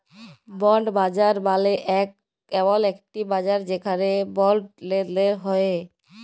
bond বাজার মালে এমল একটি বাজার যেখালে বন্ড লেলদেল হ্য়েয়